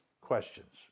questions